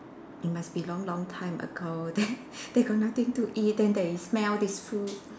it must be long long time ago then they got nothing to eat then they smell this food